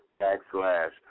backslash